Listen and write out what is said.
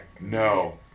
No